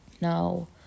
Now